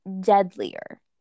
deadlier